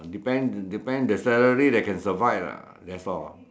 depend depend the salary that can survive ah that's all